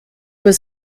was